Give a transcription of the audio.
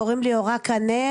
קוראים לי אורה קנר,